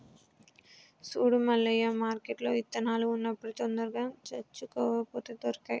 సూడు మల్లయ్య మార్కెట్ల ఇత్తనాలు ఉన్నప్పుడే తొందరగా తెచ్చుకో లేపోతే దొరకై